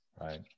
right